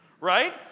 right